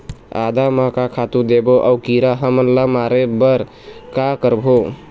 आदा म का खातू देबो अऊ कीरा हमन ला मारे बर का करबो?